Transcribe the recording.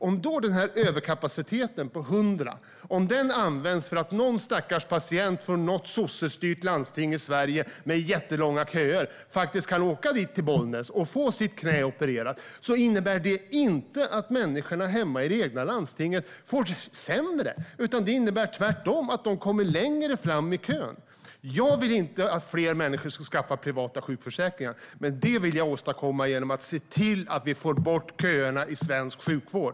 Om överkapaciteten på 100 då används så att någon stackars patient från något sossestyrt landsting i Sverige med jättelånga köer kan åka till Bollnäs och få sitt knä opererat innebär det inte att människorna hemma i det egna landstinget får det sämre. Det innebär tvärtom att de kommer längre fram i kön. Jag vill inte att fler människor ska skaffa privata sjukförsäkringar, men det vill jag åstadkomma genom att se till att vi får bort köerna i svensk sjukvård.